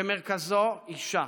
במרכזו, אישה